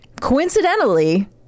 coincidentally